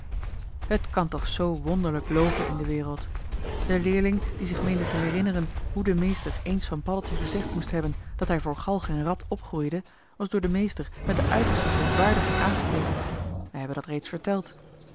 het kan toch zoo wonderlijk loopen in de wereld de leerling die zich meende te herinneren hoe de meester eens van paddeltje gezegd moest hebben dat hij voor galg en rad opgroeide was door den meester met de uiterste verontwaardiging aangekeken we hebben dat reeds verteld